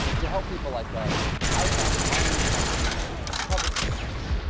to help people like us i founded my new company covington house,